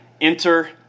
enter